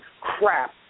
crap